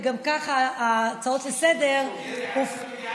וגם ככה ההצעות לסדר-היום הופנו,